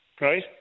Right